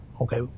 Okay